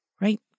right